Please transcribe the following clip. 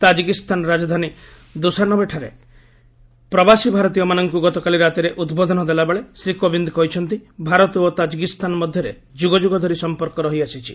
ତାଜ୍କିସ୍ଥାନ ରାଜଧାନୀ ଦୁସାନବେରେ ପ୍ରବାସୀ ଭାରତୀୟ ମାନଙ୍କୁ ଗତକାଲି ରାତିରେ ଉଦ୍ବୋଧନ ଦେଲାବେଳେ ଶ୍ରୀ କୋବିନ୍ଦ କହିଛନ୍ତି ଭାରତ ଓ ତାଜ୍କିସ୍ଥାନ ମଧ୍ୟରେ ଯୁଗ ଯୁଗ ଧରି ସମ୍ପର୍କ ରହିଆସିଛି